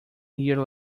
year